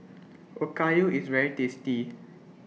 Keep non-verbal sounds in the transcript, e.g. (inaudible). Okayu IS very tasty (noise)